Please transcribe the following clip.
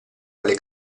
alle